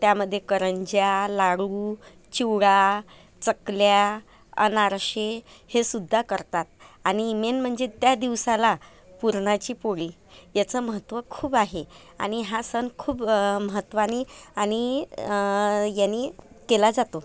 त्यामध्ये करंज्या लाडू चिवडा चकल्या अनारसे हेसुद्धा करतात आणि मेन म्हणजे त्या दिवसाला पुरणाची पोळी याचं महत्व खूप आहे आणि हा सण खूप महत्वानी आणि यानी केला जातो